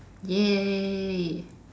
!yay!